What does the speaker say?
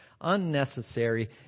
unnecessary